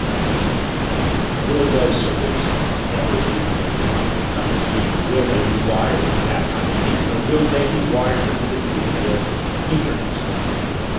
ah deep thinking will those circuits ever even come into being? will they be wired for that kind of thinking or will they be wired completely for internet-type of thinking?